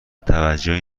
توجهی